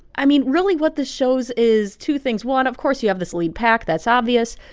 i mean, really, what this shows is two things. one, of course, you have this lead pack. that's obvious.